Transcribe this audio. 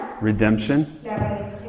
Redemption